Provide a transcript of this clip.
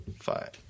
Five